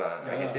ya lah